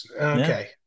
Okay